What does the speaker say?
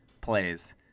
plays